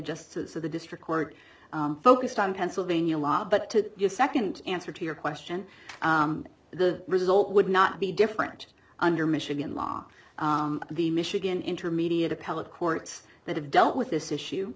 of the district court focused on pennsylvania law but to your second answer to your question the result would not be different under michigan law the michigan intermediate appellate courts that have dealt with this issue